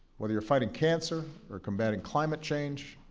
whether you're fighting cancer or combatting climate change,